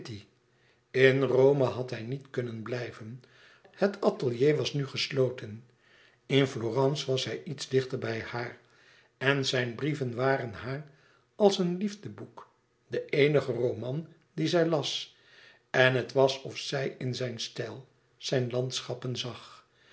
in rome had hij niet kunnen blijven het atelier was nu gesloten in florence was hij iets dichter bij haar en zijn brieven waren haar als een liefdeboek de eenige roman dien zij las en het was of zij in zijn stijl zijn landschappen zag